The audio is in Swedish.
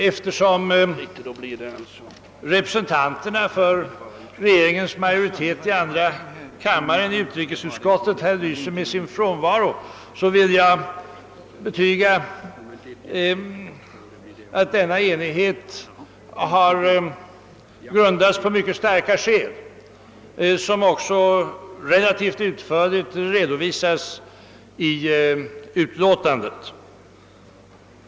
Eftersom representanterna i utrikesutskottet för regeringens majoritet i andra kammaren här lyser med sin frånvaro, vill jag betyga att denna enighet har grundats på mycket starka skäl, som också relativt utförligt redovisats i utlåtandet.